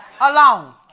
alone